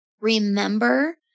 remember